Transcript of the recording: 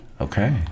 Okay